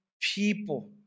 people